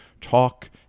talk